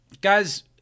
Guys